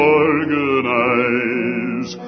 organize